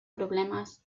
problemes